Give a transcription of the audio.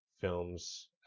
films